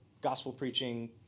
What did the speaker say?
gospel-preaching